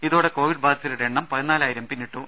ഇതോടെ കോവിഡ് ബാധിതരുടെ എണ്ണം പതിനാലായിരം പിന്നിട്ടു